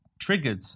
triggered